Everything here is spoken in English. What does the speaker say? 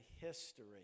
history